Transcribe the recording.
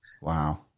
wow